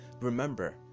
Remember